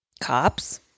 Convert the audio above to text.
cops